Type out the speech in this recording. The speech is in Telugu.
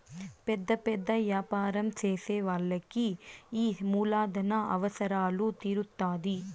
పెద్ద పెద్ద యాపారం చేసే వాళ్ళకి ఈ మూలధన అవసరాలు తీరుత్తాధి